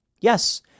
Yes